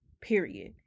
period